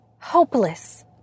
hopeless